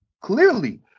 Clearly